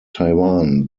taiwan